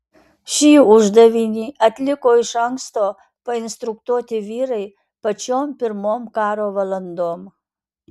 šį uždavinį atliko iš anksto painstruktuoti vyrai pačiom pirmom karo valandom